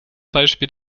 beispiel